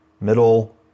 middle